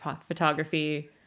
photography